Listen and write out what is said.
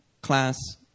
class